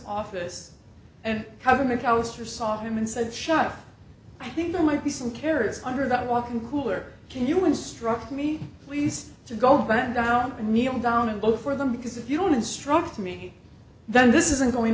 office and having mcallister saw him and said shut up i think there might be some carrots under that walk in cooler can you one struck me we used to go back down and kneel down and go for them because if you don't instruct me then this isn't going